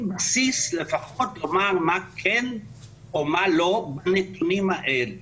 בסיס לפחות לומר מה כן או מה לא בנתונים האלה.